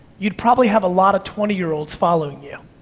you'd probably have a lot of twenty year olds following you.